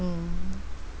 mm